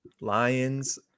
Lions